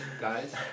guys